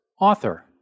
Author